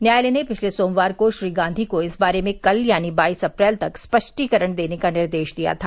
न्यायालय ने पिछले सोमवार को श्री गांधी को इस बारे में कल यानी बाईस अप्रैल तक स्पष्टीकरण देने का निर्देश दिया था